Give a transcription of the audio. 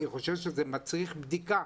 אני חושב שזה מצריך בדיקה.